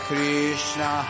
Krishna